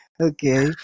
Okay